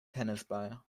tennisball